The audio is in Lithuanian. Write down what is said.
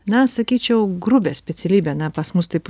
na sakyčiau grubią specialybę na pas mus taip